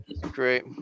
great